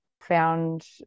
found